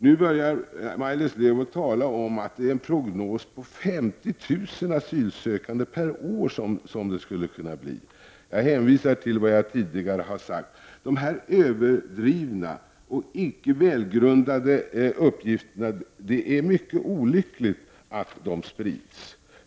Nu börjar Maj-Lis Lööw att tala om en prognos på 50 000 asylsökande per år. Jag hänvisar till vad jag tidigare har sagt: Det är mycket olyckligt att sådana överdrivna, icke välgrundade uppgifter sprids.